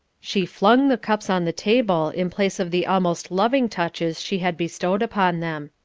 she flung the cups on the table in place of the almost loving touches she had bestowed upon them.